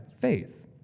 faith